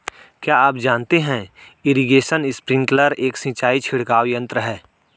क्या आप जानते है इरीगेशन स्पिंकलर एक सिंचाई छिड़काव यंत्र है?